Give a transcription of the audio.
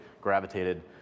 gravitated